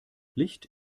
licht